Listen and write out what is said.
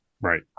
Right